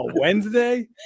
Wednesday